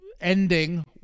ending